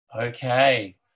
okay